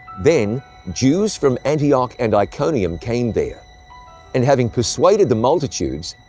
then jews from antioch and iconium came there and having persuaded the multitudes,